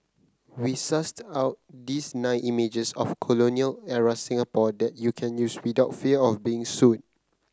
we sussed out these nine images of colonial era Singapore that you can use without fear of being sued